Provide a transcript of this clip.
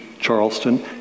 Charleston